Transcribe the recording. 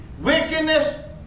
wickedness